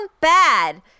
bad